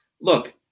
look